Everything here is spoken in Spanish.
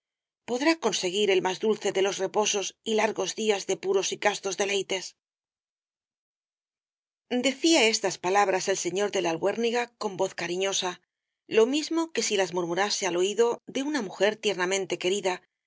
podrá conseguir el más dulce de los reposos y largos días de puros y castos deleites decía estas palabras el señor de la albuérniga con voz cariñosa lo mismo que si las murmurase al oído de una mujer tiernamente querida